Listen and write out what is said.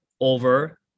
over